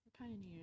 Pioneers